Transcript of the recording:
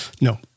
No